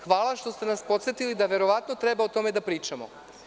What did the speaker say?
Hvala što ste nas podsetili da verovatno treba o tome da pričamo.